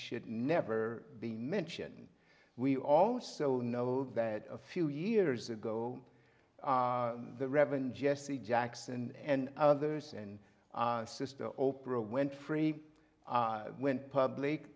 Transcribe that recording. should never be mentioned we also know that a few years ago the reverend jesse jackson and others and sister oprah winfrey went public